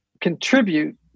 contribute